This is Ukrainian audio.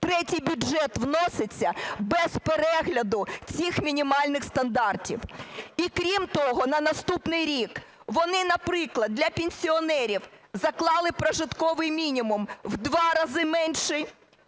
Третій бюджет вноситься без перегляду цих мінімальних стандартів. І, крім того, на наступний рік вони, наприклад, для пенсіонерів заклали прожитковий мінімум в два рази менший,